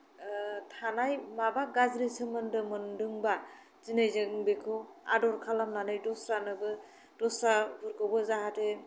थानाय माबा गाज्रि सोमोन्दो मोनदोंबा दिनै जों बेखौ आदर खालामनानै दस्रानोबो दस्राफोरखौबो जाहाथे